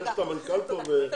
יש את המנכ"ל פה ויש --- תודה.